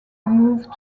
move